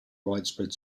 widespread